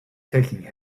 taking